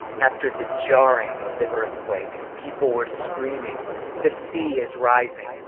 after the jarring of the earthquake, people were screaming the sea is rising,